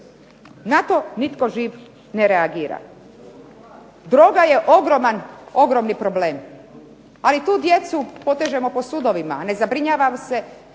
Na to nitko živ ne reagira. Droga je ogromni problem, ali tu djecu potežemo po sudovima, a ne zabrinjavam se